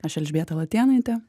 aš elžbieta latėnaitė